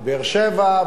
מבאר-שבע,